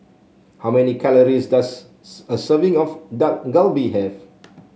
how many calories does a serving of Dak Galbi have